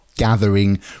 gathering